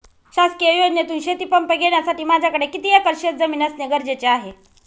शासकीय योजनेतून शेतीपंप घेण्यासाठी माझ्याकडे किती एकर शेतजमीन असणे गरजेचे आहे?